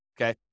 Okay